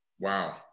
Wow